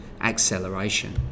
acceleration